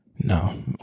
no